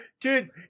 dude